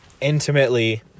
intimately